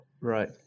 Right